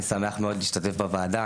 אני שמח מאד להשתתף בוועדה,